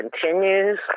continues